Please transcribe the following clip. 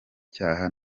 cyaha